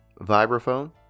vibraphone